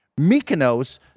Mykonos